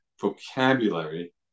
vocabulary